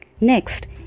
Next